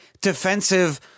defensive